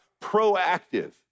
proactive